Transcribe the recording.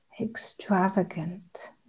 extravagant